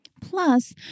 Plus